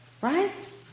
Right